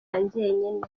njyenyine